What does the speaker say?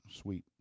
sweet